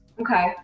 Okay